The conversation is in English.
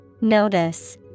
Notice